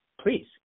please